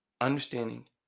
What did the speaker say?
understanding